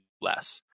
less